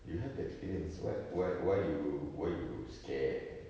you have the experience wh~ why why you why you scared